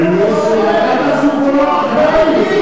תן מקרה אחד שאיימו על חייל.